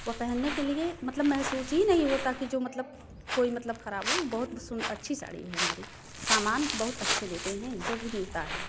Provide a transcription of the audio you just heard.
वह पेहनने के लिए मतलब महसूस ही नहीं होता कि जो मतलब कोई मतलब खराब हो बहुत सुन अच्छी साड़ी है हमारी सामान बहुत अच्छे देते हैं जो मिलता है